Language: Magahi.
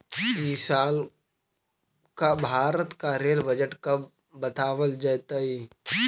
इस साल का भारत का रेल बजट कब बतावाल जतई